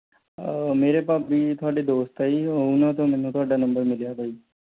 ਮੇਰੇ ਭਾਬੀ ਤੁਹਾਡੇ ਦੋਸਤ ਹੈ ਜੀ ਉਹਨਾਂ ਤੋਂ ਮੈਨੂੰ ਤੁਹਾਡਾ ਨੰਬਰ ਮਿਲਿਆ ਬਾਈ